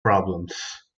problems